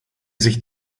sich